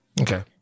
Okay